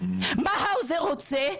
מה האוזר רוצה?